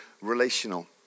relational